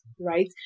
right